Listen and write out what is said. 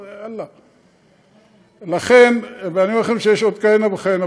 אני אומר לכם שיש עוד כהנה וכהנה,